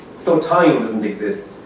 so time doesn't exist,